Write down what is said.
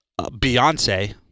beyonce